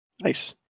Nice